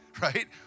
Right